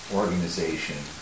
organization